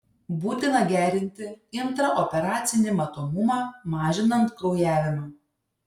būtina gerinti intraoperacinį matomumą mažinant kraujavimą